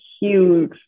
huge